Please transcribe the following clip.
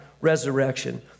resurrection